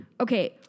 Okay